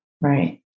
Right